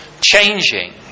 changing